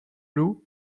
lou